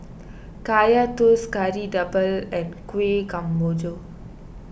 Kaya Toast Kari Debal and Kuih Kemboja